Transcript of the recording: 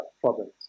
problems